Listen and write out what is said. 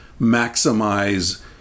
maximize